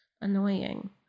annoying